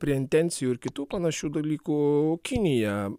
prie intencijų ir kitų panašių dalykų kinija